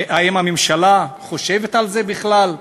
האם הממשלה חושבת על זה בכלל?